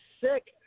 sick